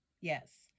Yes